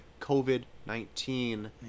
COVID-19